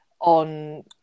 on